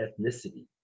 Ethnicity